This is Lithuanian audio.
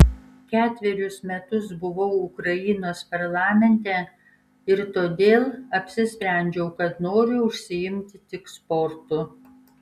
ketverius metus buvau ukrainos parlamente ir todėl apsisprendžiau kad noriu užsiimti tik sportu